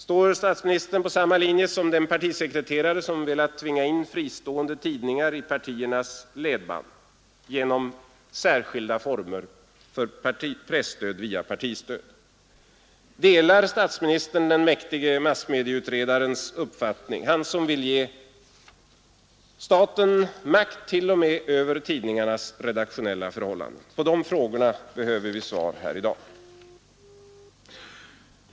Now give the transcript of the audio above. Står statsministern på samma linje som den partisekreterare som velat tvinga in fristående tidningar i partiernas ledband genom särskilda former för presstöd via partistödet? Delar statsministern den mäktige massmedieutredarens uppfattning, han som vill ge staten makt t.o.m. över tidningarnas redaktionella förhållanden? På de frågorna behöver vi få svar här i dag.